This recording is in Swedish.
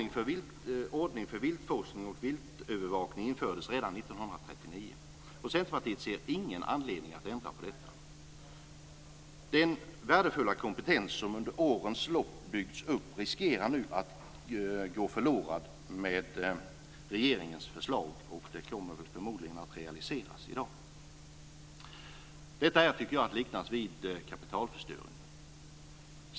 Dagens ordning för viltforskning och viltövervakning infördes redan 1939, och Centerpartiet ser ingen anledning att ändra på den. Den värdefulla kompetens som under årens lopp byggts upp riskerar nu att gå förlorad med regeringens förslag, som förmodligen kommer att realiseras i dag. Jag tycker att detta kan liknas vid en kapitalförstöring.